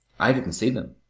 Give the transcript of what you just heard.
i didn't see them.